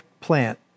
plant